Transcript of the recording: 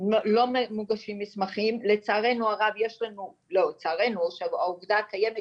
לא מוגשים מסמכים, לצערנו הרב שהעובדה הקיימת